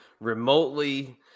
remotely